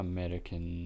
American